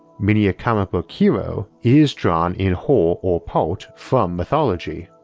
many a comic book hero is drawn in whole or part from mythology.